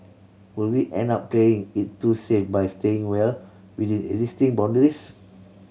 will we end up playing it too safe by staying well within existing boundaries